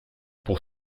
pour